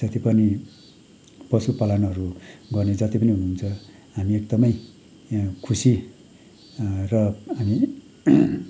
जति पनि पशु पालनहरू गर्ने जति पनि हुनुहुन्छ हामी एक्दमै खुसी र हामी